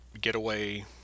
getaway